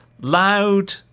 loud